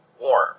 warm